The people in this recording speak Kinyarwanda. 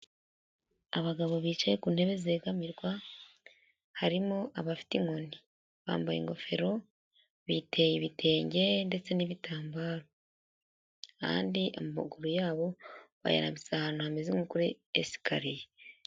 Abagabo bicaye ku ntebe zegamirwa harimo abafite inkoni bambaye ingofero biteye ibitenge ndetse n'ibitambaro kandi amaguru yabo bayarambitse ahantu hameze nko kuri esikariye.